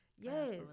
Yes